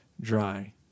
dry